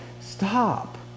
Stop